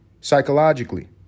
psychologically